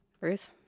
ruth